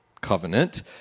covenant